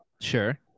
Sure